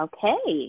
Okay